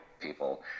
people